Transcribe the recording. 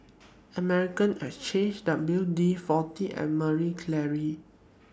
Armani Exchange W D forty and Marie Claire